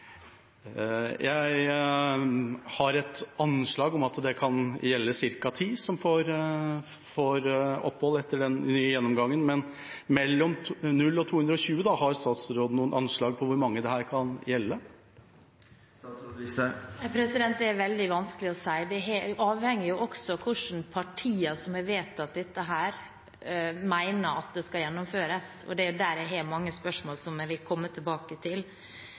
Jeg anslår at det kan gjelde ca. ti som får opphold etter den nye gjennomgangen. Mellom null og 220, har statsråden noe anslag for hvor mange dette kan gjelde? Det er veldig vanskelig å si. Det avhenger også av hvordan partier som har vedtatt dette, mener at det skal gjennomføres. Det er der jeg har mange spørsmål som jeg vil komme tilbake til.